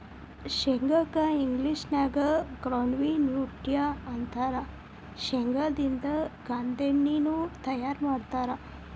ಶೇಂಗಾ ಕ್ಕ ಇಂಗ್ಲೇಷನ್ಯಾಗ ಗ್ರೌಂಡ್ವಿ ನ್ಯೂಟ್ಟ ಅಂತಾರ, ಶೇಂಗಾದಿಂದ ಗಾಂದೇಣ್ಣಿನು ತಯಾರ್ ಮಾಡ್ತಾರ